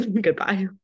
goodbye